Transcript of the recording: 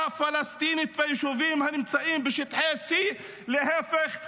פלסטינית ביישובים הנמצאים בשטחי C". להפך,